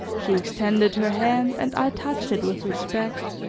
she extended her hand and i touched it with respect,